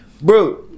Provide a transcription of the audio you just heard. Bro